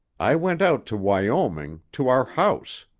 i went out to wyoming, to our house.